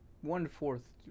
one-fourth